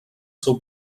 seu